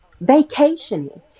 vacationing